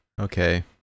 Okay